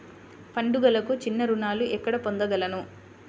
పండుగలకు చిన్న రుణాలు ఎక్కడ పొందగలను?